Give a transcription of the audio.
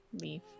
leave